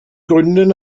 gründen